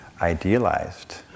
idealized